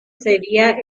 sería